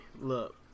Look